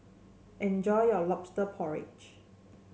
enjoy your lobster porridge